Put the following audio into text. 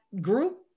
group